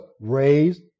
raised